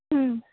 ହୁଁ